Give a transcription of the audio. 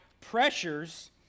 pressures